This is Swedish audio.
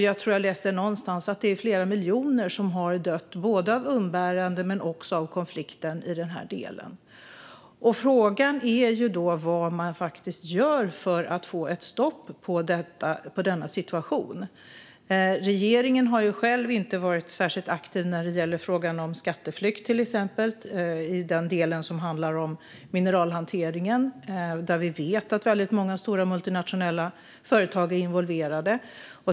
Jag läste någonstans att det är flera miljoner människor som har dött av umbäranden eller av konflikten i denna del. Frågan är då vad man gör för att få ett stopp på denna situation. Regeringen har själv inte varit särskilt aktiv när det gäller frågan om skatteflykt, till exempel, i den del som handlar om mineralhanteringen, där vi vet att väldigt många stora multinationella företag är involverade.